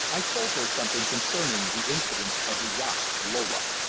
i told her something concerning the incidents of the yacht lola.